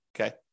Okay